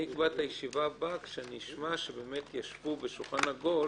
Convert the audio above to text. אני אקבע את הישיבה הבאה כשאשמע שבאמת ישבו בשולחן עגול